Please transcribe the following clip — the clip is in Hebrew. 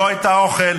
לא את האוכל.